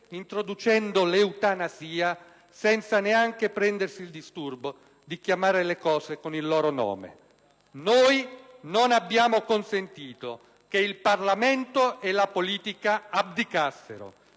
introducendo l'eutanasia senza neanche prendersi il disturbo di chiamare le cose con il loro nome. Noi non abbiamo consentito che il Parlamento e la politica abdicassero.